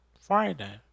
Friday